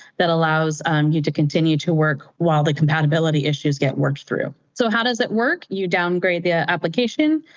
that allows um you to continue to work while the compatibility issues get worked through. so how does it work? you downgrade the ah application,